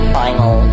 final